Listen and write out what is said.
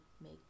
make